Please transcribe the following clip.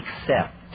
accept